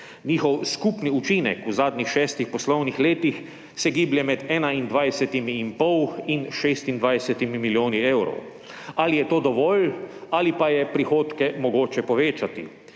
Njihov skupni učinek v zadnjih šestih poslovnih letih se giblje med 21,5 in 26 milijoni evrov. Ali je to dovolj, ali pa je prihodke mogoče povečati?